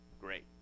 great